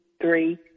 three